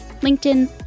LinkedIn